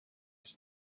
was